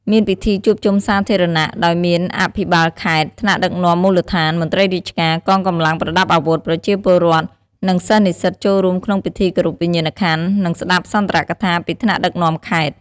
មានពិធីជួបជុំសាធារណៈ ដោយមានអភិបាលខេត្ត ថ្នាក់ដឹកនាំមូលដ្ឋាន មន្ត្រីរាជការ កងកម្លាំងប្រដាប់អាវុធ ប្រជាពលរដ្ឋ និងសិស្សនិស្សិតចូលរួមក្នុងពិធីគោរពវិញ្ញាណក្ខន្ធ និងស្ដាប់សុន្ទរកថាពីថ្នាក់ដឹកនាំខេត្ត។